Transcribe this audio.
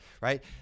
Right